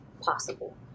possible